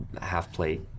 half-plate